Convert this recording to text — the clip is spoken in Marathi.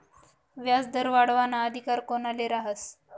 व्याजदर वाढावाना अधिकार कोनले रहास?